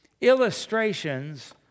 illustrations